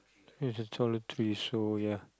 I think is just toiletries so ya